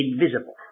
invisible